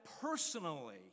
personally